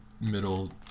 middle